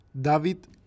David